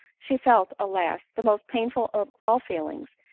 she felt, alas! the most painful of all feelings,